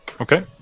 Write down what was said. Okay